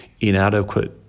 inadequate